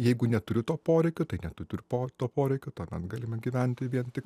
jeigu neturiu to poreikio tai net tu tur po poreikio tuomet galima gyventi vien tik